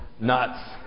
nuts